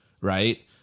right